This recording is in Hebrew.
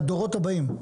לדורות הבאים,